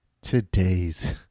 today's